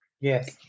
Yes